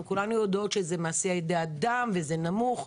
כולנו יודעות שזה מעשה ידי אדם וזה נמוך,